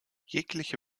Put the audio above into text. jegliche